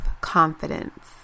confidence